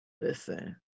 listen